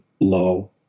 low